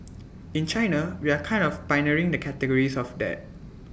in China we are kind of pioneering the categories of that